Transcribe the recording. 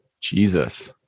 Jesus